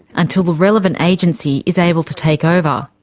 until the relevant agency is able to take over.